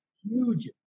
huge